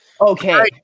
Okay